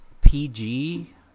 pg